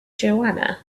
joanna